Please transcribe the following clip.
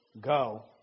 go